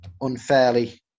unfairly